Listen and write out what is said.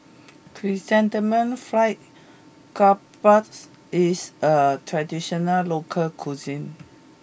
Chrysanthemum Fried Garoupa is a traditional local cuisine